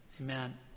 Amen